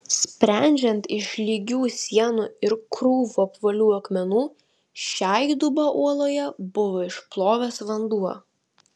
sprendžiant iš lygių sienų ir krūvų apvalių akmenų šią įdubą uoloje buvo išplovęs vanduo